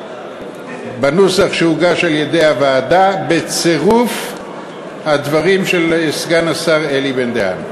בנוסח שהוגש על-ידי הוועדה בצירוף הדברים של סגן השר אלי בן-דהן.